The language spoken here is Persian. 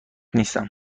نیستم